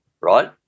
right